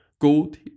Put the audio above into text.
Gold